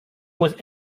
was